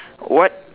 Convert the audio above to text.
what